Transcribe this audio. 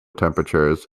temperatures